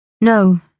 No